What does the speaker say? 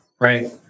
Right